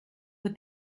what